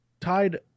tied